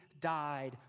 died